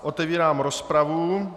Otevírám rozpravu.